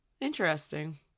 Interesting